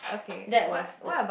that was the